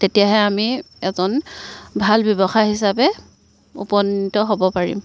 তেতিয়াহে আমি এজন ভাল ব্যৱসায়ী হিচাপে উপনীত হ'ব পাৰিম